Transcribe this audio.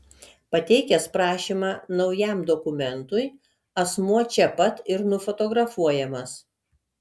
pateikęs prašymą naujam dokumentui asmuo čia pat ir nufotografuojamas